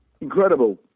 Incredible